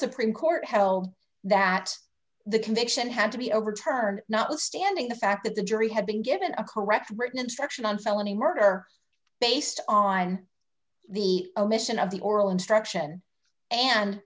supreme court held that the conviction had to be overturned notwithstanding the fact that the jury had been given a correct written instruction on felony murder based on the omission of the oral instruction and